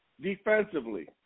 defensively